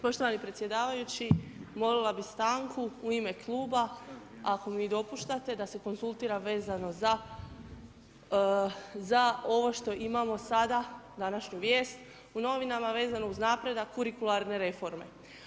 Poštovani predsjedavajući, molila bih stanku u ime kluba ako mi dopuštate da se konzultira vezano za ovo što imamo sada, današnju vijest u novinama vezano uz napredak kurikularne reforme.